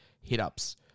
hit-ups